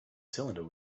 cylinder